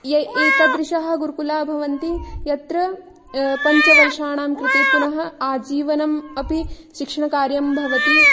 ए एतादृशः गुरुकुलाः भवन्ति यत्र पञ्चवर्षाणां कृते पुनः आजीवनम् अपि शिक्षणकार्यं भवति